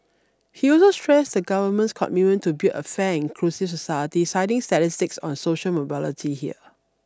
he also stressed the Government's commitment to build a fan inclusive society citing statistics on social mobility here